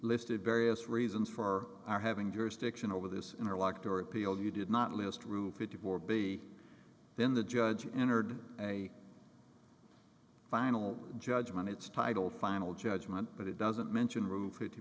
listed various reasons for our having jurisdiction over this interlocked or appeal you did not list rufe fifty four b then the judge entered a final judgment its title final judgment but it doesn't mention ro